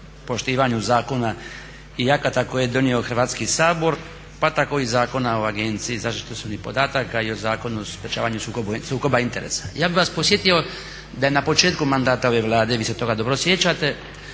poštivanju zakona i akata koje je donio Hrvatski sabor pa tako i Zakona o Agenciji za zaštitu osobnih podataka i o Zakonu o sprečavanju sukoba interesa. Ja bih vas podsjetio da je na početku mandata ove Vlade, vi se toga dobro sjećate,